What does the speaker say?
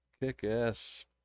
kick-ass